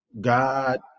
God